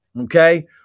Okay